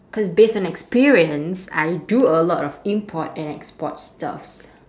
cause based on experience I do a lot of import and export stuffs